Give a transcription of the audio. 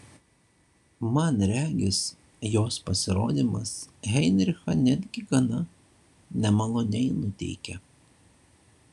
man regis jos pasirodymas heinrichą netgi gana nemaloniai nuteikė